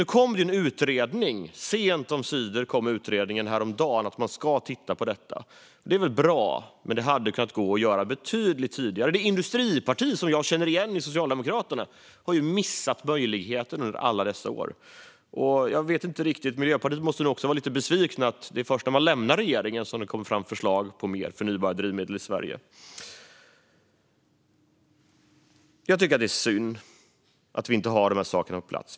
Nu kom det, sent omsider, en utredning häromdagen där man ska titta på detta. Det är väl bra, men det hade gått att göra betydligt tidigare. Det industriparti som jag känner Socialdemokraterna som har missat möjligheten under alla dessa år. Miljöpartiet måste nog vara lite besvikna över att det var först när man hade lämnat regeringen som det kom fram förslag på mer förnybara drivmedel i Sverige. Jag tycker att det är synd att vi inte har de här sakerna på plats.